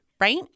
Right